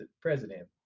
president